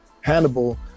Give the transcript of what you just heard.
hannibal